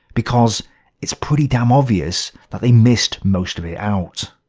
because it's pretty damn obvious that they missed most of it out.